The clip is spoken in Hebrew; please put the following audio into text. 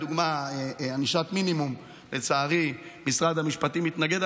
לדוגמה לענישת מינימום לצערי משרד המשפטים מתנגד,